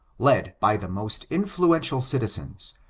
led by the most influential citizens,